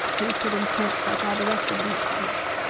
to be put in tents like all the rest of the newcomers.